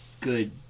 good